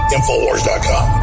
Infowars.com